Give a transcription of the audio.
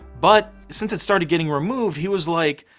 but, since it started getting removed, he was like,